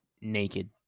naked